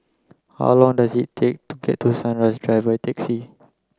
how long does it take to get to Sunrise Drive taxi